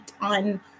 on